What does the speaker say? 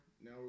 Now